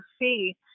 see